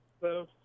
Hello